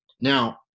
now